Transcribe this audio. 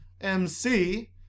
MC